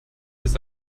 ist